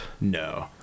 no